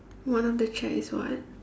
one of the chair is what